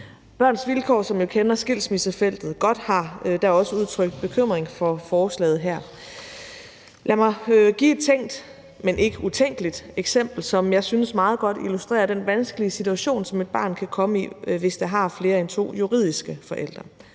Børns Vilkår, som jo kender skilsmissefeltet godt, har da også udtrykt bekymring for forslaget her. Kl. 18:26 Lag mig give et tænkt, men ikke utænkeligt eksempel, som jeg synes meget godt illustrerer den vanskelige situation, som et barn kan komme i, hvis det har flere end to juridiske forældre.